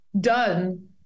done